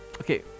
Okay